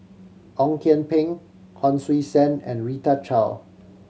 Ong Kian Peng Hon Sui Sen and Rita Chao